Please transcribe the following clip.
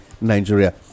nigeria